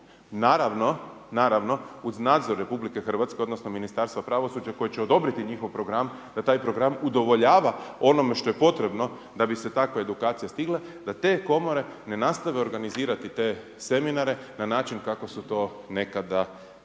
naravno uz nadzor RH, odnosno Ministarstva pravosuđa koje će odobriti njihov program, da taj program udovoljava onome što je potrebno da bi se takva edukacija stigla da te komore ne nastave organizirati te seminare na način kako su to nekada radile.